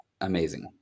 amazing